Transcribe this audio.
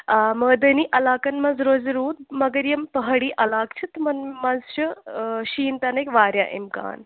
آ مٲدٲنی علاقن منٛز روزِ روٗد مگر یِم پہٲڑی علاقہٕ چھِ تِمن منٛز چھِ شیٖن پٮ۪نٕکۍ وارِیاہ اِمکان